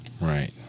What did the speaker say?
right